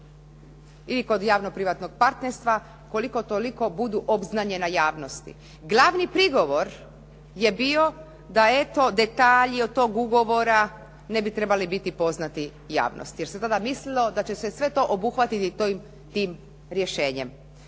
ili kod javnoprivatnog partnerstva koliko toliko budu obznanjena javnosti. Glavni prigovor je bio da eto detalji od tog ugovora ne bi trebali biti poznati javnosti. Jer se tada mislilo da će se sve to obuhvatiti tim rješenjem.